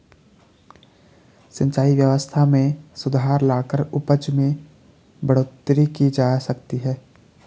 सिंचाई व्यवस्था में सुधार लाकर उपज में बढ़ोतरी की जा सकती है